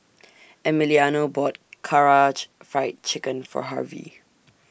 Emiliano bought Karaage Fried Chicken For Harvy